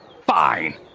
Fine